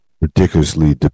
ridiculously